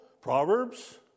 Proverbs